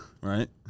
Right